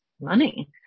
money